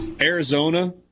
Arizona